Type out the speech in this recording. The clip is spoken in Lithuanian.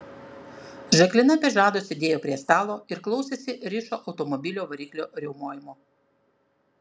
žaklina be žado sėdėjo prie stalo ir klausėsi rišo automobilio variklio riaumojimo